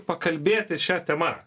pakalbėti šia tema